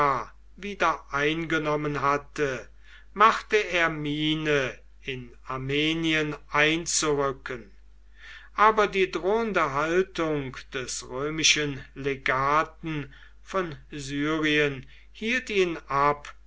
wieder eingenommen hatte machte er miene in armenien einzurücken aber die drohende haltung des römischen legaten von syrien hielt ihn ab